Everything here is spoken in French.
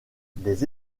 des